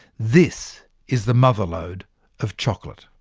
this is the mother lode of chocolate.